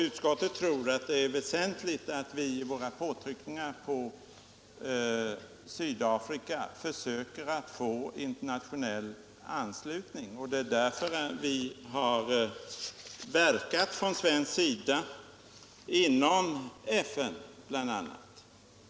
Utskottet tror att det är väsentligt att vi försöker att få internationell anslutning i våra påtryckningar på Sydafrika. Det är därför vi från svensk sida har verkat bl.a. inom FN.